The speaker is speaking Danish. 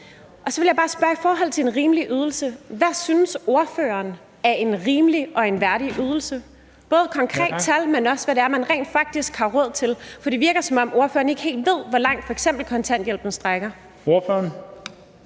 Og så vil jeg bare spørge i forhold til en rimelig ydelse. Hvad synes ordføreren er en rimelig og en værdig ydelse både som et konkret tal, men også hvad det er, man rent faktisk skal have råd til? For det virker, som om ordføreren ikke helt ved, hvor langt f.eks. kontanthjælpen rækker. Kl.